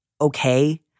okay